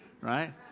right